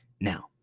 Now